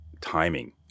timing